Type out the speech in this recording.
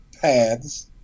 paths